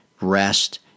rest